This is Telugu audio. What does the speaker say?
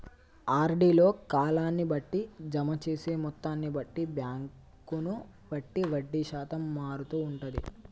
ఆర్డీ లో కాలాన్ని బట్టి, జమ చేసే మొత్తాన్ని బట్టి, బ్యాంకును బట్టి వడ్డీ శాతం మారుతూ ఉంటది